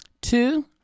Two